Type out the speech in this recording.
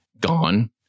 gone